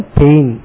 pain